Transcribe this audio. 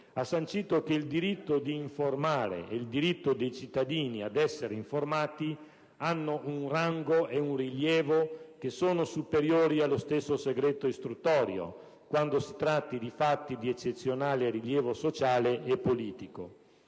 sancito che il diritto di informare e il diritto dei cittadini ad essere informati hanno un rango e un rilievo superiori allo stesso segreto istruttorio quando si tratti di fatti di eccezionale rilievo sociale e politico.